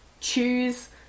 choose